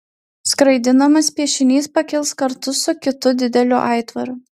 skraidinamas piešinys pakils kartu su kitu dideliu aitvaru